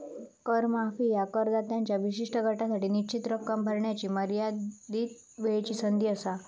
कर माफी ह्या करदात्यांच्या विशिष्ट गटासाठी निश्चित रक्कम भरण्याची मर्यादित वेळची संधी असा